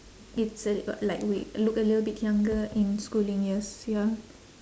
it's a like way look a little bit younger in schooling years ya